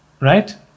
Right